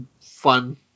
fun